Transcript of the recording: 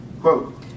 Quote